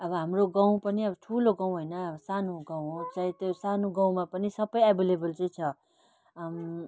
अब हाम्रो गाउँ पनि अब ठुलो गाउँ होइन अब सानो गाउँ हो सायद त्यो सानो गाउँमा पनि सबै एभाइलेबल चाहिँ छ